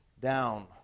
down